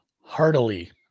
Heartily